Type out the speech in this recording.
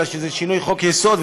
אלא שזה שינוי חוק-יסוד,